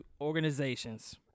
organizations